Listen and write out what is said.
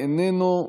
איננו,